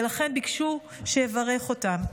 ולכן ביקשו שיברך אותם.